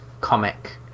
comic